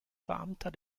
beamter